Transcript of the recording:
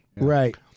Right